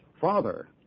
Father